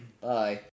Bye